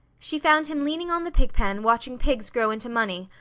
she found him leaning on the pig pen watching pigs grow into money,